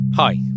Hi